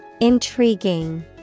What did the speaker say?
Intriguing